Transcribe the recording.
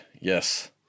Yes